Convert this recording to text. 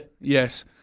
Yes